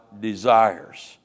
desires